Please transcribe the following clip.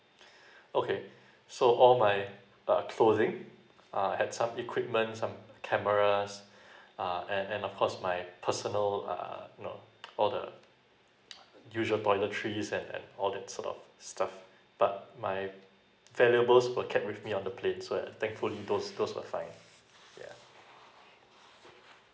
okay so all my uh clothing uh had some equipment some cameras uh and and of course my personal uh you know all the usual toiletries and and all that sort of stuff but my valuables were kept with me on the plane so uh thankfully those those were fine yeah